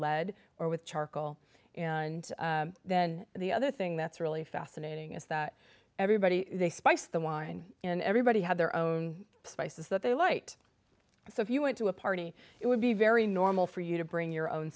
lead or with charcoal and then the other thing that's really fascinating is that everybody they spice the wine in everybody had their own spices that they light so if you went to a party it would be very normal for you to bring your own